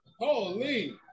Holy